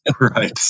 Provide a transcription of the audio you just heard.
Right